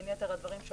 בין יתר הדברים,